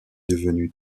devenu